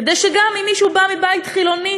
כדי שגם אם מישהו בא מבית חילוני,